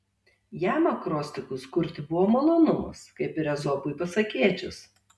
jam akrostichus kurti buvo malonumas kaip ir ezopui pasakėčias